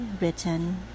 written